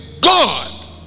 God